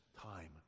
time